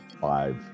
five